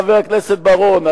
חבר הכנסת בר-און,